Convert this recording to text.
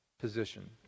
position